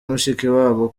mushikiwabo